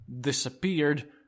disappeared